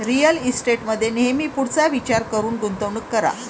real इस्टेटमध्ये नेहमी पुढचा विचार करून गुंतवणूक करा